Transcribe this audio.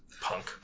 Punk